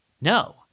No